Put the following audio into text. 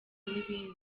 n’ibindi